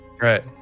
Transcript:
Right